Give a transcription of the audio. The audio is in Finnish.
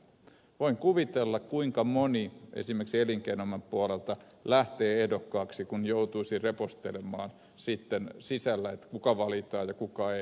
voin kuvitella kuinka moni esimerkiksi elinkeinoelämän puolelta lähtee ehdokkaaksi kun joutuisi reposteltavaksi sitten sisällä kenet valitaan ja kenet ei